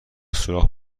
سوراخ